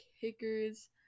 kickers